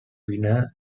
winner